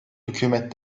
hükümet